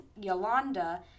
Yolanda